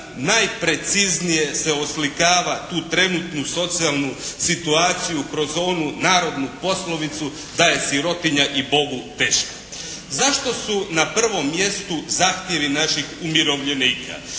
najpreciznije se oslikava tu trenutnu socijalnu situaciju kroz onu narodnu poslovicu da je “sirotinja i Bogu teška“. Zašto su na prvom mjestu zahtjevi naših umirovljenika?